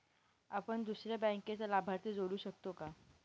आपण दुसऱ्या बँकेचा लाभार्थी जोडू शकतो का?